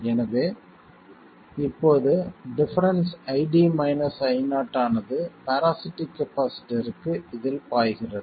எனவே இப்போது difference ID Io ஆனது பேராசிட்டிக் கப்பாசிட்டர்க்கு இதில் பாய்கிறது